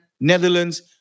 Netherlands